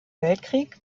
weltkrieg